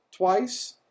Twice